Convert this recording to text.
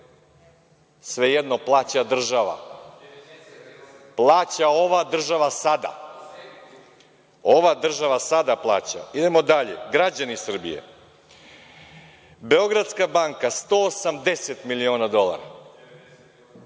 jedno, plaća država. Plaća ova država sada. Ova država sada plaća. Idemo dalje. Građani Srbije „Beogradska banka“ 180 miliona dolara,